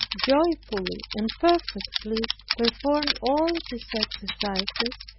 joyfully, and perfectly performed all his exercises,